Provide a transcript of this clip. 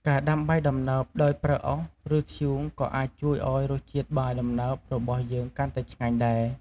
ការដាំបាយដំណើបដោយប្រើអុស ឬ ធ្យូងក៏អាចជួយធ្វើឱ្យរសជាតិបាយដំណើបរបស់យើងកាន់តែឆ្ងាញ់ដែរ។